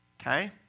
okay